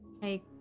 Hey